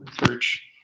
research